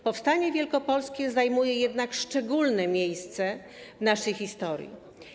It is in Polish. Powstanie wielkopolskie zajmuje jednak szczególne miejsce w naszej historii.